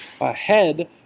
ahead